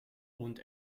und